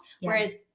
whereas